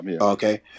Okay